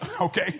Okay